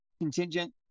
Contingent